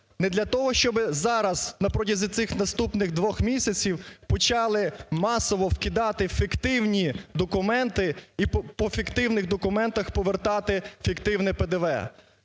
Не для того, щоби зараз, на протязі цих наступних двох місяців почали масово вкидати фіктивні документи і по фіктивних документах повертати фіктивне ПДВ?